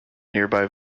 nearby